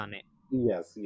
Yes